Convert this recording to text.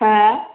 हा